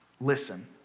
Listen